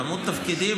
מספר התפקידים,